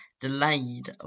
delayed